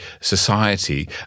society